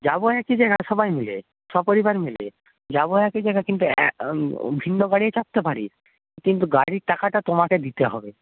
যাবো একই জায়গা সবাই মিলে সপরিবার মিলে যাবো একই জায়গায় কিন্তু ভিন্ন গাড়ি চাপতে পারিস কিন্তু গাড়ির টাকাটা তোমাকে দিতে হবে